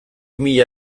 mila